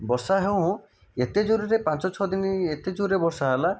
ବର୍ଷା ହେଉଁ ଏତେ ଜୋରରେ ପାଞ୍ଚ ଛଅ ଦିନି ଏତେ ଜୋରେ ବର୍ଷା ହେଲା